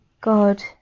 God